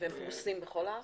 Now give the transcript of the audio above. הם פרוסים בכל הארץ?